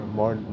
more